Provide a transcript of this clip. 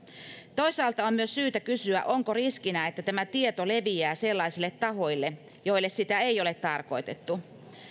toisaalta on myös syytä kysyä onko riskinä että tämä tieto leviää sellaisille tahoille joille sitä ei ole tarkoitettu